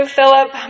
Philip